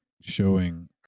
showing